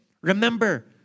remember